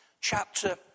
chapter